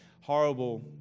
horrible